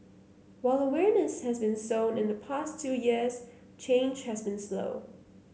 while awareness has been sown in the past two years change has been slow